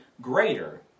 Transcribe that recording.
greater